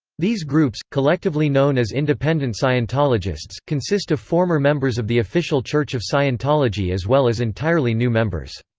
these groups, collectively known as independent scientologists, consist of former members of the official church of scientology as well as entirely new members.